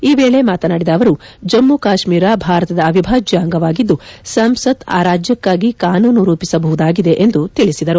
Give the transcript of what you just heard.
ಈ ವೇಳೆ ಮಾತನಾಡಿದ ಅವರು ಜಮ್ಮು ಕಾಶ್ವೀರ ಭಾರತದ ಅವಿಭಾಜ್ಯ ಅಂಗವಾಗಿದ್ದು ಸಂಸತ್ ಆ ರಾಜ್ಯಕ್ಕಾಗಿ ಕಾನೂನು ರೂಪಿಸಬಹುದಾಗಿದೆ ಎಂದು ತಿಳಿಸಿದರು